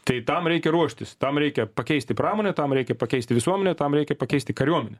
tai tam reikia ruoštis tam reikia pakeisti pramonę tam reikia pakeisti visuomenę tam reikia pakeisti kariuomenę